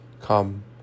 Come